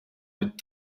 mit